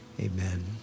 Amen